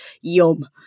Yum